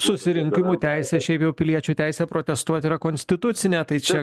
susirinkimų teisė šiaip jau piliečių teisė protestuoti yra konstitucinė tai čia